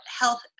health